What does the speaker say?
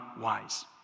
wise